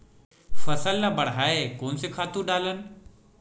फसल ल बढ़ाय कोन से खातु डालन?